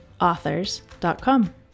authors.com